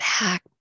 back